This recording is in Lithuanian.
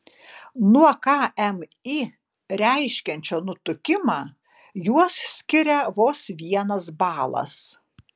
nuo kmi reiškiančio nutukimą juos skiria vos vienas balas